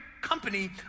company